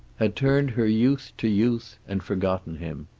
had turned her youth to youth, and forgotten him.